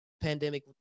pandemic